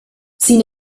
sin